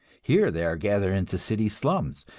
here they are gathered into city slums,